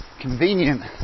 convenient